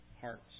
hearts